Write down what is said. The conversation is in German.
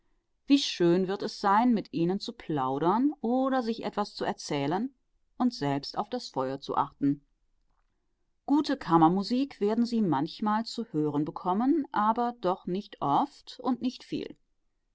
wie schön wird es sein mit ihnen zu plaudern oder sich etwas zu erzählen und selbst auf das feuer zu achten gute kammermusik werden sie manchmal zu hören bekommen doch nicht oft und nicht viel